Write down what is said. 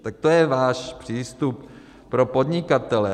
Tak to je váš přístup pro podnikatele.